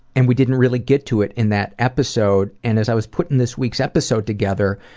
and we didn't really get to it in that episode, and as i was putting this week's episode together,